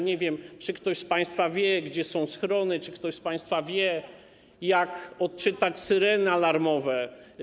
Nie wiem, czy ktoś z państwa wie, gdzie są schrony, czy ktoś z państwa wie, jak odczytać syreny alarmowe.